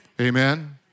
Amen